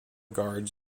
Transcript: guards